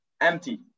empty